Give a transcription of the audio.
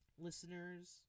Listeners